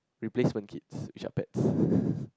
replace one kids which are pets